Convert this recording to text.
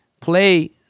Play